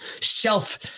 self